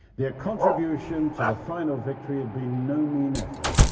their contribution to the final victory had been no mean effort.